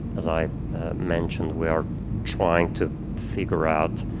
as i mentioned, we are trying to figure out,